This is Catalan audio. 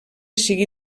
sigui